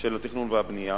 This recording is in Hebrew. של התכנון והבנייה,